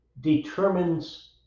determines